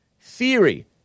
Theory